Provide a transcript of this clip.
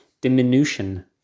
diminution